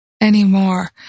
anymore